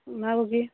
ᱚᱱᱟᱠᱩ ᱜᱤ